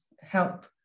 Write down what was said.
help